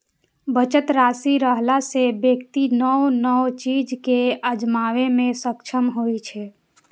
बचत राशि रहला सं व्यक्ति नव नव चीज कें आजमाबै मे सक्षम होइ छै